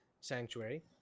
Sanctuary